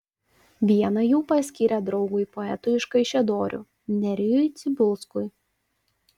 vieną jų paskyrė draugui poetui iš kaišiadorių nerijui cibulskui